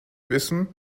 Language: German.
wissen